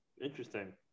interesting